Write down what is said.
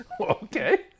okay